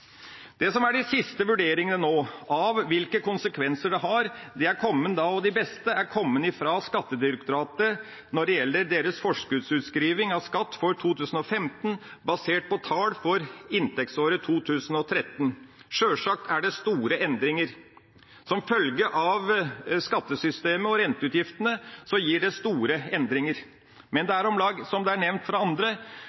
vurderingene av hvilke konsekvenser dette har, har kommet fra Skattedirektoratet når det gjelder deres forskuddsutskriving av skatt for 2015, basert på tall fra inntektsåret 2013. Sjølsagt er det store endringer. Som følge av skattesystemet og renteutgiftene får en store endringer, men det er om lag – som nevnt fra andre